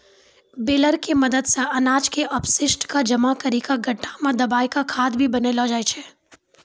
baler के मदद सॅ अनाज के अपशिष्ट क जमा करी कॅ गड्ढा मॅ दबाय क खाद भी बनैलो जाय छै